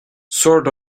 sort